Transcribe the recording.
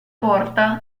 porta